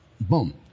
boom